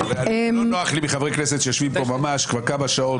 לא נוח לי מחברי כנסת שיושבים פה כמה שעות.